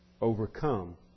overcome